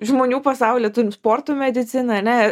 žmonių pasauly ta sporto medicina ne